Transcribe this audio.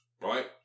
right